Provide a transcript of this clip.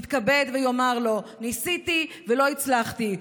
יתכבד ויאמר לו: ניסיתי ולא הצלחתי,